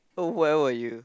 oh where were you